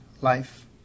life